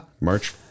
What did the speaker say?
March